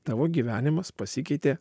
tavo gyvenimas pasikeitė